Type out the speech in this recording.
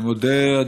אני מודה,